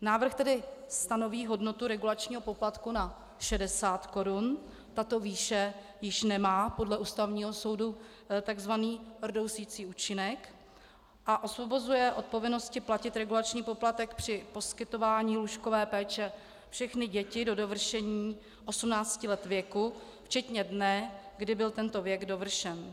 Návrh tedy stanoví hodnotu regulačního poplatku na 60 korun, tato výše již nemá podle Ústavního soudu tzv. rdousicí účinek, a osvobozuje od povinnosti platit regulační poplatek při poskytování lůžkové péče všechny děti do dovršení 18 let věku včetně dne, kdy byl tento věk dovršen.